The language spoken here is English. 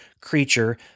creature